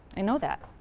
i know that,